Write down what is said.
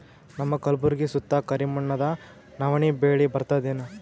ನಮ್ಮ ಕಲ್ಬುರ್ಗಿ ಸುತ್ತ ಕರಿ ಮಣ್ಣದ ನವಣಿ ಬೇಳಿ ಬರ್ತದೇನು?